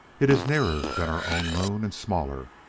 it is nearer than our own moon and smaller,